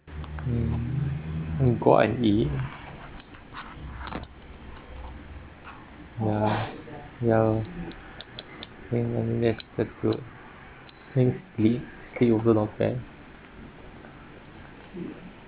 mm go out and eat ya ya that's that's good frankly the yogurt not bad